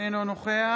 אינו נוכח